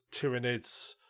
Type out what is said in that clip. Tyranids